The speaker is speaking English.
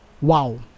wow